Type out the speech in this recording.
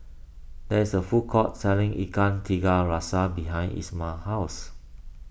there is a food court selling Ikan Tiga Rasa behind Ismael's house